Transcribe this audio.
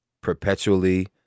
perpetually